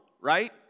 right